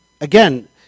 again